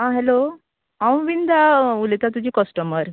आं हॅलो हांव विंदा उलयता तुजें कस्टमर